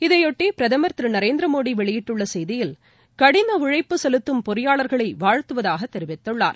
இதையொட்டி பிரதமர் வெளியிட்டுள்ள செய்தியில் கடின உழைப்பு செலுத்தும் பொறியாளர்களை வாழ்த்துவதாக தெரிவித்துள்ளார்